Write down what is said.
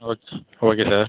okay okay sir